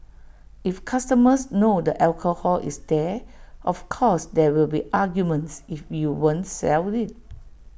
if customers know the alcohol is there of course there will be arguments if you won't sell IT